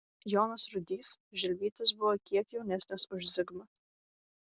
jonas rudys žilvytis buvo kiek jaunesnis už zigmą